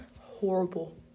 horrible